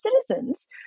citizens